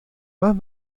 más